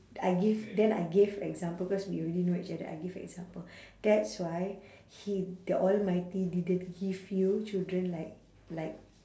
I give then I gave example cause we already know each other I give example that's why he the almighty didn't give you children like like